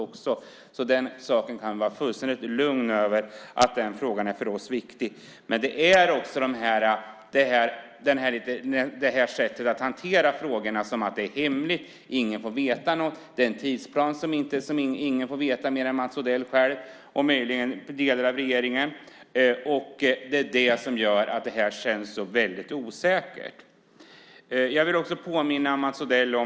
Mats Odell kan var fullständigt lugn när det gäller att frågan är viktig för oss. Man hanterar frågorna som om de vore hemliga. Ingen får veta något. Ingen mer än Mats Odell själv, och möjligen delar av regeringen, får veta något om tidsplanen. Det är det som gör att det här känns så osäkert.